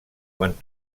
quan